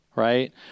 right